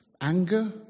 anger